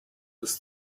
was